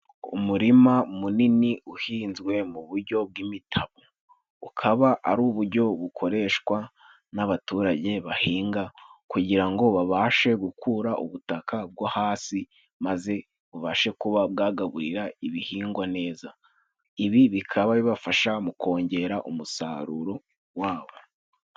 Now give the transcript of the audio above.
Umurima munini uhinzwe mu bujyo bw'imitabu, ukaba ari ubujyo bukoreshwa n'abaturage bahinga kugira ngo babashe gukura ubutaka bwo hasi maze bubashe kuba bwagaburira ibihingwa neza. Ibi bikaba bibafasha mu kongera umusaruro w'aba.